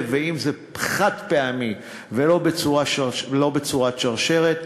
ואם זה חד-פעמי ולא בצורת שרשרת.